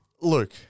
Luke